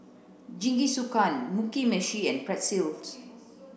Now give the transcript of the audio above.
Jingisukan Mugi Meshi and Pretzel